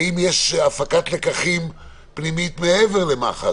האם יש הפקת לקחים פנימית, מעבר למח"ש?